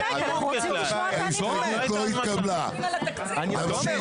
אני אתן לך